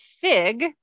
fig